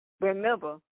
Remember